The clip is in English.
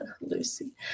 lucy